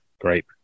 Great